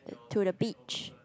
to the beach